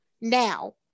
now